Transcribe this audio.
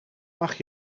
mag